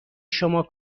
شما